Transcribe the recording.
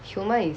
human is